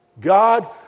God